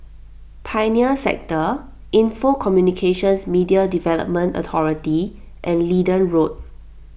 Pioneer Sector Info Communications Media Development Authority and Leedon Road